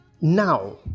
Now